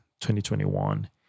2021